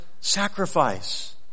sacrifice